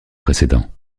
précédents